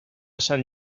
sant